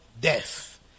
death